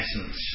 essence